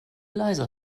leiser